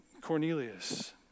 Cornelius